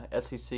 SEC